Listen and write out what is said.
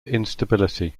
instability